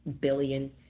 billion